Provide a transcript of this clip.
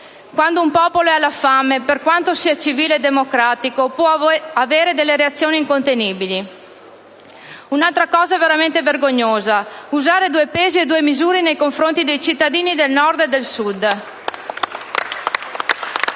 Quando un popolo è alla fame, per quanto sia civile e democratico, può avere delle reazioni incontenibili. Un'altra cosa è veramente vergognosa: usare due pesi e due misure nei confronti dei cittadini del Nord e del Sud.